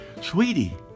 Sweetie